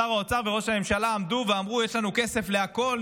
שר האוצר וראש הממשלה עמדו ואמרו: יש לנו כסף להכול,